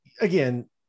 again